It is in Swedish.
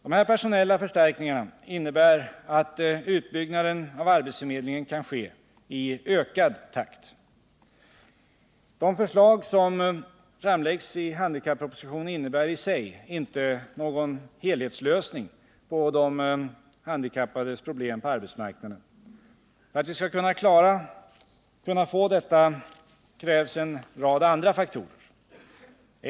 Dessa personella förstärkningar innebär att utbyggnaden av arbetsförmedlingen kan ske i ökad takt. De förslag som framläggs i handikappropositionen innebär i sig inte någon helhetslösning på de handikappades problem på arbetsmarknaden. För att vi skall kunna få detta krävs en rad andra faktorer.